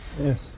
Yes